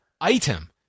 item